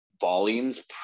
volume's